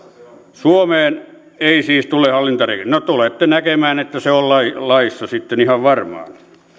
suomeen ei siis tule hallintarekisteriä no tulette näkemään että se on laissa sitten ihan varmaan